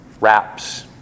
wraps